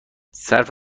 صرف